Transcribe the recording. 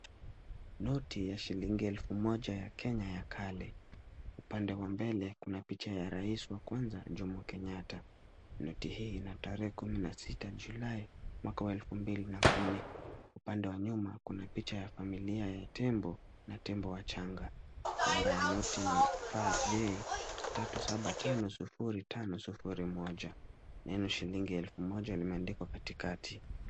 Noti ya shilingi elfu moja ya Kenya ya kale upande wa mbele kuna rais wa kwanza Jomo Kenyatta noti hii ina tarehe kumi na sita Julai mwaka wa elfu mbili na kumi upande wa nyuma kuna familia ya tembo na tembo wachanga namba ya noti ni FJ3750501 neno shilingi elfu moja limeandikwa katikati.